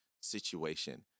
situation